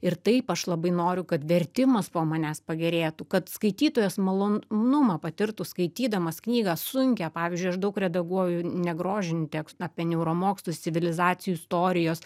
ir taip aš labai noriu kad vertimas po manęs pagerėtų kad skaitytojas malonumą patirtų skaitydamas knygą sunkią pavyzdžiui aš daug redaguoju negrožinį tekstą apie neuromokslus civilizacijų istorijas